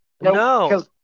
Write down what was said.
No